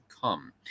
come